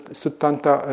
suttanta